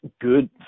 good